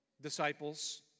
disciples